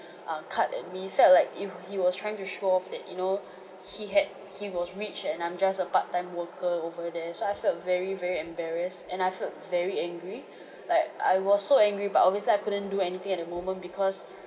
uh card at me it felt like if he was trying to show-off that you know he had he was rich and I'm just a part-time worker over there so I felt very very embarrassed and I felt very angry like I was so angry but obviously I couldn't do anything at the moment because